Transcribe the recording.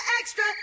Extra